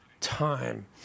time